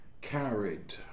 carried